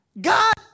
God